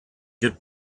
good